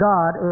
God